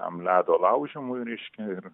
tam ledo laužymui reiškia ir